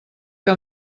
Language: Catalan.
que